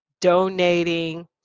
donating